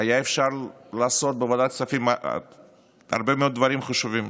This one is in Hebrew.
היה אפשר לעשות בוועדת כספים הרבה מאוד דברים חשובים.